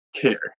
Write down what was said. care